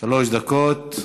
שלוש דקות,